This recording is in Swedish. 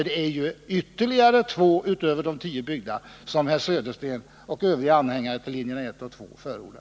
Det är ju ytterligare 2 utöver de 10 byggda som herr Södersten och övriga anhängare av linje 1 och 2 förordar.